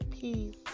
Peace